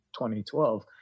2012